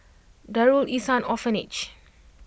Darul Ihsan Orphanage